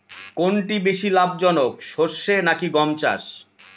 কোনটি বেশি লাভজনক সরষে নাকি গম চাষ?